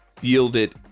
yielded